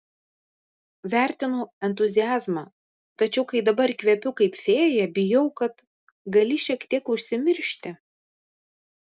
vertinu entuziazmą tačiau kai dabar kvepiu kaip fėja bijau kad gali šiek tiek užsimiršti